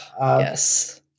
yes